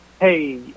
hey